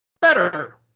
Better